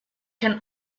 can